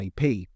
ip